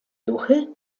duchy